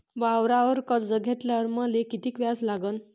वावरावर कर्ज घेतल्यावर मले कितीक व्याज लागन?